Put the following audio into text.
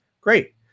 Great